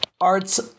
Arts